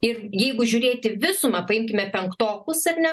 ir jeigu žiūrėt į visumą paimkime penktokus ar ne